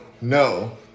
No